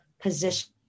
position